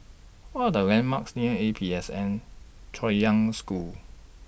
What Are The landmarks near A P S N Chaoyang School